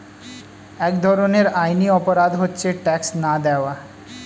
এক ধরনের আইনি অপরাধ হচ্ছে ট্যাক্স না দেওয়া